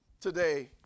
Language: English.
Today